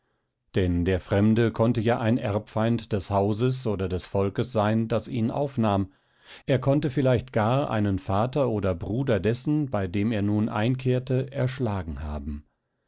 denn der fremde konnte ja ein erbfeind des hauses oder des volkes sein das ihn aufnahm er konnte vielleicht gar einen vater oder bruder dessen bei dem er nun einkehrte erschlagen haben